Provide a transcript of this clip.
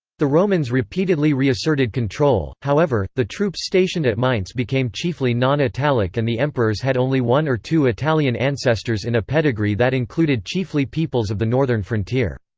the romans repeatedly reasserted control however, the troops stationed at mainz became chiefly non-italic and the emperors had only one or two italian ancestors in a pedigree that included chiefly peoples of the northern frontier.